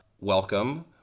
welcome